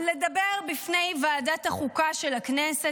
לדבר בפני ועדת החוקה של הכנסת.